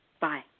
Bye